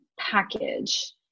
package